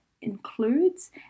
includes